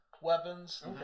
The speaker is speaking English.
weapons